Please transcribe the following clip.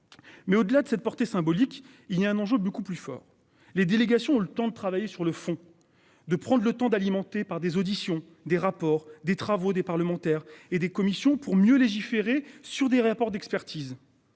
Mais au-delà de cette portée symbolique. Il y a un enjeu beaucoup plus fort. Les délégations ont le temps de travailler sur le fond de prendre le temps d'alimenter par des auditions des rapports des travaux des parlementaires et des commissions pour mieux légiférer sur des rapports d'expertise.